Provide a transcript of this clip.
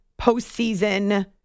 postseason